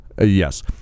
Yes